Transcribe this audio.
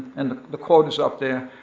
and the quote is up there.